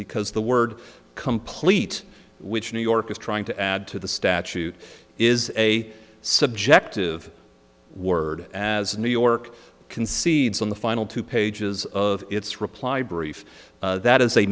because the word complete which new york is trying to add to the statute is a subjective word as new york concedes on the final two pages of its reply brief that is a